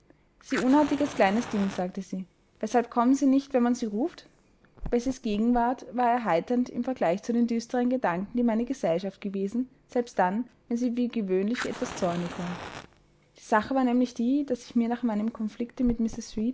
sie unartiges kleines ding sagte sie weshalb kommen sie nicht wenn man sie ruft bessies gegenwart war erheiternd im vergleich zu den düsteren gedanken die meine gesellschaft gewesen selbst dann wenn sie wie gewöhnlich etwas zornig war die sache war nämlich die daß ich mir nach meinem konflikte mit